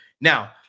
Now